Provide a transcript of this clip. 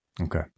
Okay